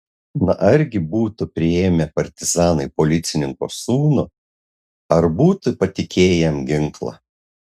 na argi būtų priėmę partizanai policininko sūnų ar būtų patikėję jam ginklą